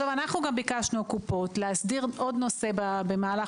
אנחנו הקופות גם ביקשנו להסדיר עוד נושא במהלך